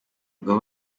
guha